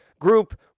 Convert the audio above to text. group